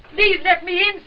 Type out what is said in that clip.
please let me